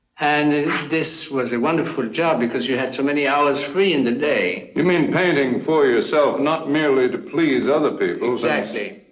and this was a wonderful job because you had so many hours free in the day. you mean, painting for yourself, not merely to please other people? exactly.